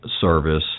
service